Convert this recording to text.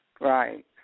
right